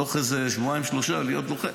בתוך איזה שבועיים או שלושה להיות לוחם.